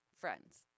friends